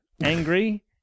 angry